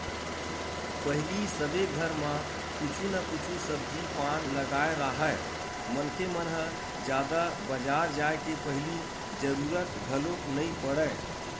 पहिली सबे घर म कुछु न कुछु सब्जी पान लगाए राहय मनखे मन ह जादा बजार जाय के पहिली जरुरत घलोक नइ पड़य